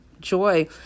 joy